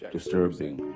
Disturbing